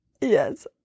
yes